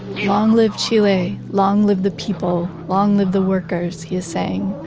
long live chile, long live the people, long live the workers', he is saying.